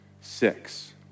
six